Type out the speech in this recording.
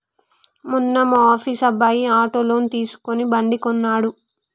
మొన్న మా ఆఫీస్ అబ్బాయి ఆటో లోన్ తీసుకుని బండి కొన్నడు